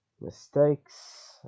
mistakes